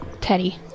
Teddy